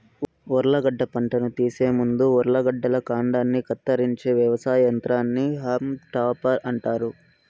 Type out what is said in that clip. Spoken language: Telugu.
ఉర్లగడ్డ పంటను తీసే ముందు ఉర్లగడ్డల కాండాన్ని కత్తిరించే వ్యవసాయ యంత్రాన్ని హాల్మ్ టాపర్ అంటారు